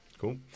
Cool